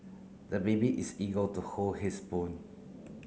the baby is eager to hold his spoon